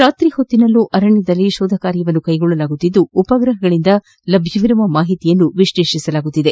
ರಾತ್ರಿ ವೇಳೆಯೂ ಅರಣ್ಯದಲ್ಲಿ ಶೋಧಕಾರ್ಯವನ್ನು ಕೈಗೊಳ್ಳಲಾಗಿದ್ದು ಉಪಗ್ರಹಗಳಿಂದ ಲಭ್ಯವಿರುವ ಮಾಹಿತಿಯನ್ನು ವಿಶ್ಲೇಷಿಸಲಾಗುತ್ತಿದೆ